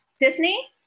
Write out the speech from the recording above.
Disney